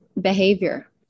behavior